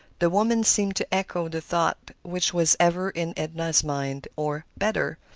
the woman seemed to echo the thought which was ever in edna's mind or, better,